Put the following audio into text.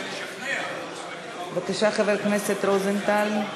בבקשה, חבר הכנסת רוזנטל.